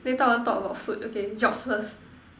later I want talk about food okay jobs first